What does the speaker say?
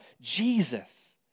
Jesus